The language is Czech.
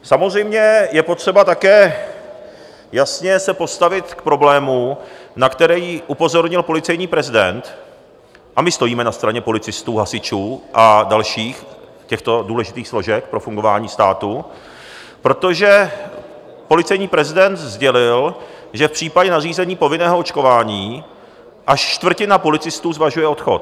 Samozřejmě je potřeba také se jasně postavit k problému, na který upozornil policejní prezident a my stojíme na straně policistů, hasičů a dalších těchto složek důležitých pro fungování státu protože policejní prezident sdělil, že v případě nařízení povinného očkování až čtvrtina policistů zvažuje odchod.